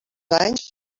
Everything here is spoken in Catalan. anys